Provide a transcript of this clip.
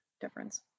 difference